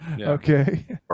Okay